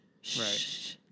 shh